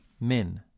min